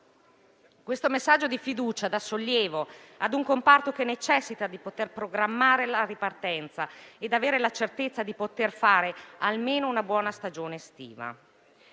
Questo messaggio di fiducia dà sollievo ad un comparto che necessita di poter programmare la ripartenza ed avere la certezza di poter fare almeno una buona stagione estiva.